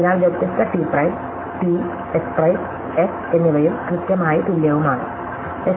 അതിനാൽ വ്യത്യസ്ത T prime T S prime S എന്നിവയും കൃത്യമായി തുല്യവുമാണ്